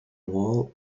wall